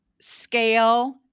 scale